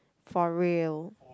for real